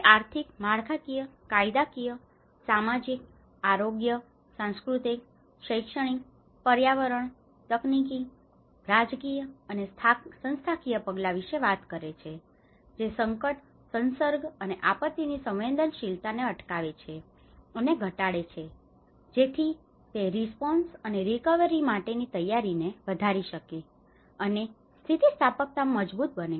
તે આર્થિક માળખાકીય કાયદાકીય સામાજિક આરોગ્ય સાંસ્કૃતિક શૈક્ષણિક પર્યાવરણ તકનીકી રાજકીય અને સંસ્થાકીય પગલાં વિશે વાત કરે છે જે સંકટ સંસર્ગ અને આપત્તિની સંવેદનશીલતાને અટકાવે છે અને ઘટાડે છે જેથી તે રિસ્પોન્સ અને રિકવરી માટેની તૈયારીને વધારી શકે અને સ્થિતિસ્થાપકતા મજબુત બને